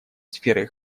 сферы